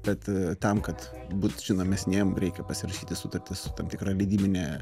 bet tam kad būt žinomesniem reikia pasirašyti sutartį su tam tikra leidybine